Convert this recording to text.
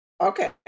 Okay